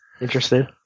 interested